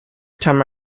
time